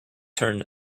turn